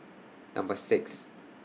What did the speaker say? Number six